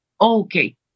okay